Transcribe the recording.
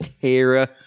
Tara